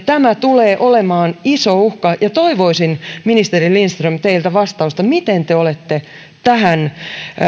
tämä tulee olemaan iso uhka ja toivoisin ministeri lindström teiltä vastausta miten te olette tähän